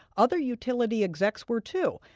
other utility execs were too.